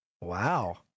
Wow